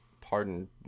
pardon